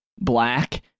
black